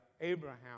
Abraham